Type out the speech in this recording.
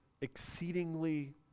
exceedingly